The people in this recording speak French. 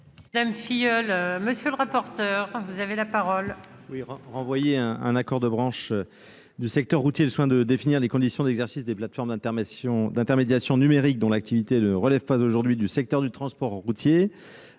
par la loi. Quel est l'avis de la commission ? Renvoyer à un accord de branche du secteur routier le soin de définir les conditions d'exercice des plateformes d'intermédiation numérique, dont l'activité ne relève pas aujourd'hui du secteur du transport routier,